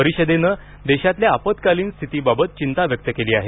परिषदेने देशातील आपत्कालीन स्थितीबद्दल चिंता व्यक्त केली आहे